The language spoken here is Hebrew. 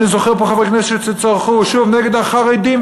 ואני זוכר פה חברי כנסת שצרחו שוב נגד החרדים,